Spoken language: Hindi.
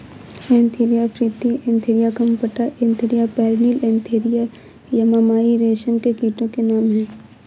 Antheraea frithi Antheraea compta Antheraea pernyi Antheraea yamamai रेशम के कीटो के नाम हैं